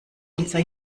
unser